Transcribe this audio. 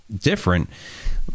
different